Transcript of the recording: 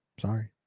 Sorry